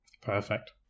perfect